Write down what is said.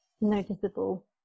noticeable